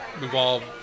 involved